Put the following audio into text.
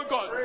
God